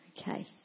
Okay